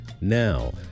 Now